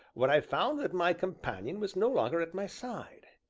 when i found that my companion was no longer at my side.